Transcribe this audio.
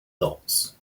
lots